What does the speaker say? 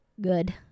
good